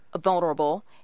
Vulnerable